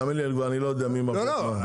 תאמין לי אני כבר לא יודע מי מרוויח מה.